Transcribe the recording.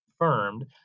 confirmed